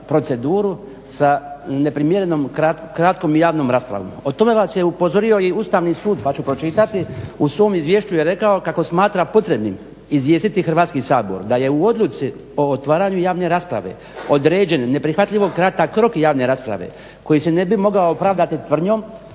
proceduru sa neprimjerenom kratkom javnom raspravom. Na to vas je upozorio i Ustavni sud pa ću pročitati u svom izvješću je rekao kako smatra potrebnim izvijestiti Hrvatski sabor da je u odluci o otvaranju javne rasprave određen neprihvatljivo kratak rok javne rasprave koji se ne bi mogao pravdati ni tvrdnjom